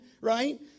right